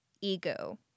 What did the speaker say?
ego